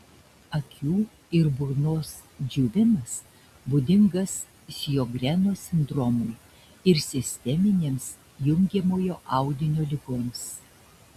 akių ir burnos džiūvimas būdingas sjogreno sindromui ir sisteminėms jungiamojo audinio ligoms